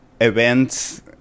events